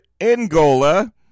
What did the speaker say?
Angola